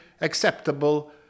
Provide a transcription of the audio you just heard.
acceptable